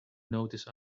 notice